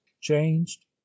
changed